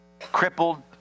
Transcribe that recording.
Crippled